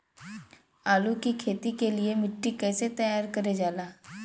आलू की खेती के लिए मिट्टी कैसे तैयार करें जाला?